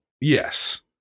Yes